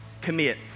commit